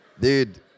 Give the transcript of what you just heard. dude